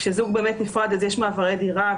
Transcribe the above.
כשזוג נפרד יש מעברי דירה,